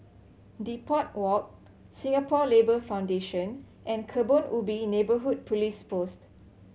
Depot Walk Singapore Labour Foundation and Kebun Ubi Neighbourhood Police Post